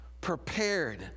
prepared